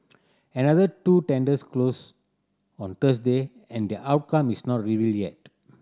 another two tenders closed on Thursday and their outcome is not revealed yet